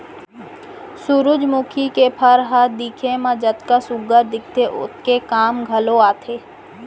सुरूजमुखी के फर ह दिखे म जतका सुग्घर दिखथे ओतके काम घलौ आथे